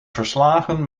verslagen